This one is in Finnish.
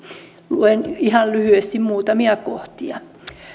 luen ihan lyhyesti muutamia kohtia